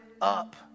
up